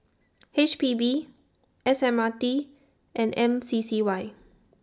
H P B S M R T and M C C Y